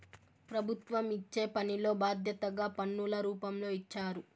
ప్రభుత్వం ఇచ్చే పనిలో బాధ్యతగా పన్నుల రూపంలో ఇచ్చారు